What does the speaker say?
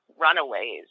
runaways